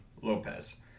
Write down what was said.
Lopez